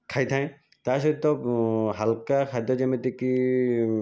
ଖାଇଥାଏ ତା' ସହିତ ହାଲୁକା ଖାଦ୍ୟ ଯେମିତିକି